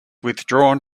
withdrawn